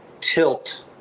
tilt